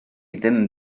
ddim